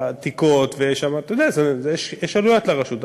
יש שם עתיקות, יש עלויות לרשות.